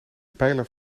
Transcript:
pijler